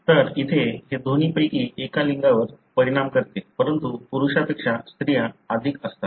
तर इथे हे दोन्ही पैकी एका लिंगवर परिणाम करते परंतु पुरुषांपेक्षा स्त्रीया अधिक असतात